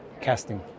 Casting